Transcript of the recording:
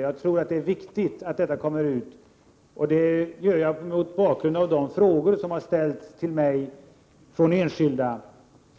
Jag tror det är viktigt att denna information kommer ut, speciellt mot bakgrund av de frågor som har ställts till mig från enskilda